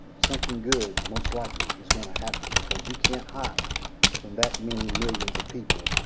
something good, most likely is gonna happen because you can't hide from that many millions of people.